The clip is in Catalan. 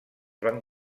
van